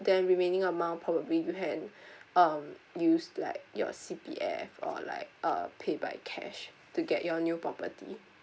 then remaining amount probably will you can um use like your C_P_F or like uh pay by cash to get your new property